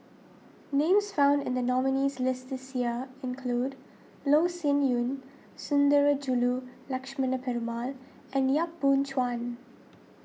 names found in the nominees' list this year include Loh Sin Yun Sundarajulu Lakshmana Perumal and Yap Boon Chuan